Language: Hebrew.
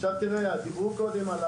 עכשיו תראה, דיברו קודם על